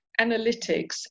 analytics